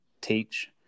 teach